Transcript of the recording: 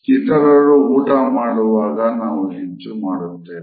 ಇತರ ನಾವು ಊಟ ಮಾಡುವಾಗ ಹೆಚ್ಚು ಮಾಡುತ್ತೇವೆ